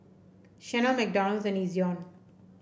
Chanel McDonald's and Ezion